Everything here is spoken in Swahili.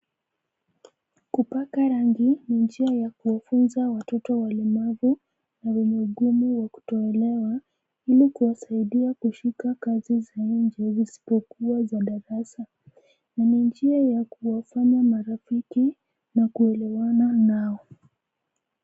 Kupaka rangi ni njia ya kuwafunza watoto walemavu wenye ugumu wa kutoelewa ili kuwasaidia kushuka kazi sehemu nzuri isipokuwa za darasa na ni njia ya kuwafanya marafiki na kuelewana nao.